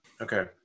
Okay